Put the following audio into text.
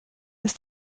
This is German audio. ist